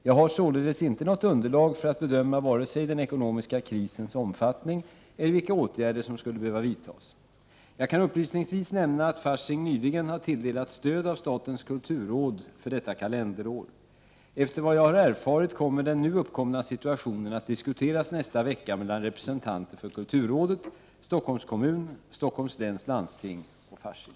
Jag har således inte något underlag för att bedöma vare sig den ekonomiska krisens omfattning eller vilka åtgärder som skulle behöva vidtas. Jag kan upplysningsvis nämna att Fasching nyligen har tilldelats stöd av statens kulturråd för kalenderåret 1989. Enligt vad jag har erfarit kommer den nu uppkomna situationen att diskuteras nästa vecka mellan representanter för kulturrådet, Stockholms kommun, Stockholms läns landsting och Fasching.